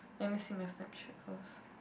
let me see my Snapchat first